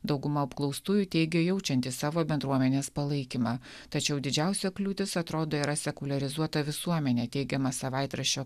dauguma apklaustųjų teigė jaučiantys savo bendruomenės palaikymą tačiau didžiausia kliūtis atrodo yra sekuliarizuota visuomenė teigiama savaitraščio